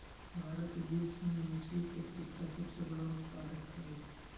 भारत विश्व में मछली के तीसरा सबसे बड़ा उत्पादक हई